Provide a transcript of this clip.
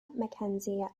mckenzie